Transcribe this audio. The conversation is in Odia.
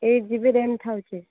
ଏଇଟ୍ ଜିବି ରାମ୍ ଥାଉଛି